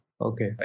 okay